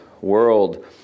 world